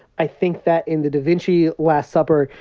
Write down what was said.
i think that in the da vinci last supper,